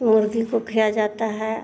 मुर्गी को खिया जाता है